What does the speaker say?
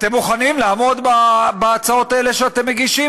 אתם מוכנים לעמוד בהצעות האלה שאתם מגישים,